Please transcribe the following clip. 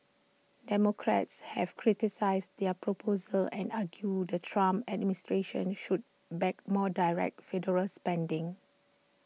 democrats have criticised their proposal and argued the Trump administration should back more direct federal spending